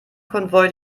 konvoi